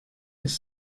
his